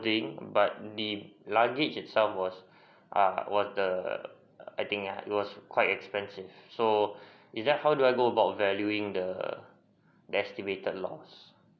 but the luggage itself was err was the I think it was quite expensive so is that how do I go about valuing the the estimated lost